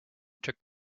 took